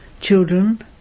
Children